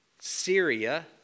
Syria